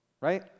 right